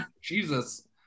Jesus